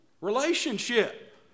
Relationship